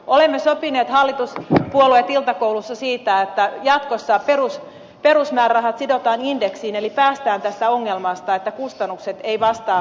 olemme sopineet hallituspuolueiden kesken iltakoulussa siitä että jatkossa perusmäärärahat sidotaan indeksiin eli päästään tästä ongelmasta että kustannukset eivät vastaa toimintamenoja